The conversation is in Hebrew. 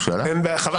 אין בעיה,